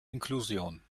inklusion